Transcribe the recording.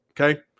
Okay